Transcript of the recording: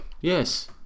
Yes